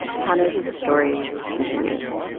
hanna's story continues